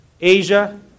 Asia